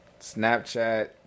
snapchat